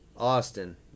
Austin